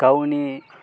गावनि